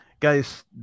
Guys